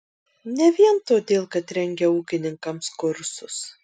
ne vien todėl kad rengia ūkininkams kursus